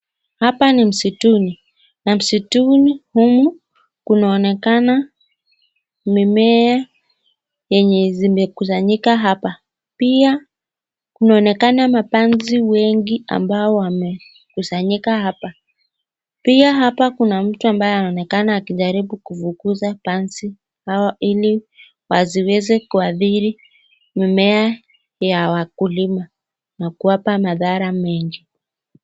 Hapa ni msituni na msituni huu kunaonekana mimea zenye zimekusanyika hapa ,pia kunaonekana mapanzi wengi ambao wamekusanyika hapa ,pia hapa kuna mtu ambaye anaonekana akijaribu ufukuza panzi hawa ili wasiweze kuadhiri mimea ya wakulima na kuwapa mathara mengi.